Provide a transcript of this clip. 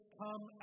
come